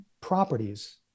properties